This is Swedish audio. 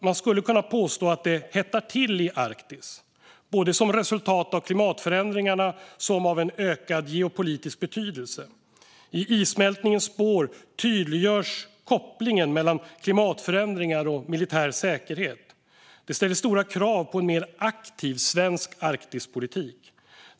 Man skulle kunna påstå att det hettar till i Arktis, både som resultat av klimatförändringarna som av en ökad geopolitisk betydelse. I issmältningens spår tydliggörs kopplingen mellan klimatförändringar och militär säkerhet. Det ställer stora krav på en mer aktiv svensk Arktispolitik.